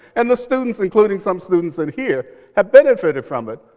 and the students, including some students in here, have benefited from it.